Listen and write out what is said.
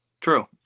True